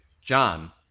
John